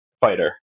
fighter